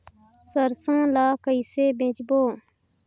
सरसो ला कइसे बेचबो?